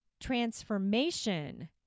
transformation